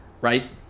right